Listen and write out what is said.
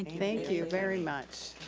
thank you very much.